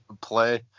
play